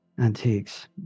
antiques